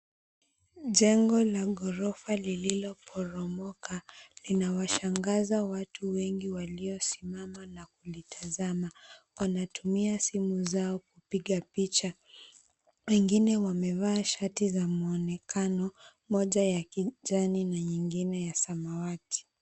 Jengo la ghorofa lililoporomoka linawashangaza watu wengi waliosimama na kulitazama. Wanatumia simu zao kupiga picha. Wengine wamevaa shati za muonekano, moja ya kijani na nyingine ya samawati.